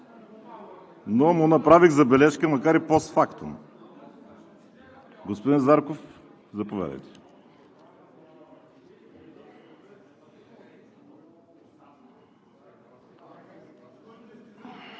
Но му направих забележка, макар и постфактум. Господин Зарков, заповядайте.